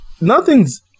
nothing's